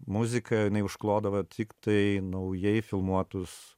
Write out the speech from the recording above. muzika jinai užklodavo tiktai naujai filmuotus